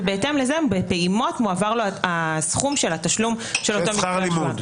ובהתאם לזה מועבר לו בפעימות סכום תשלום שכר הלימוד.